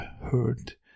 heard